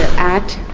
at